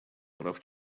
прав